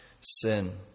sin